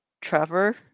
Trevor